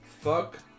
fuck